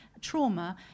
trauma